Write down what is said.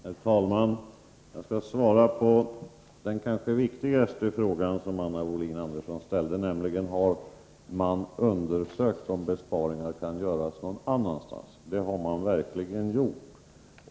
Herr talman! Jag skall svara på den kanske viktigaste frågan som Anna Wohlin-Andersson ställde, nämligen om man har undersökt om besparingar kan göras någon annanstans. Det har man verkligen gjort.